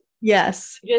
Yes